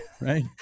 Right